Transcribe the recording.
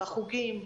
החוגים.